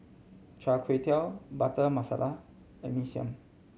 Char Kway Teow Butter Masala and Mee Siam